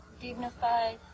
dignified